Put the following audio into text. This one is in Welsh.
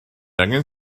angen